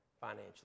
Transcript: financially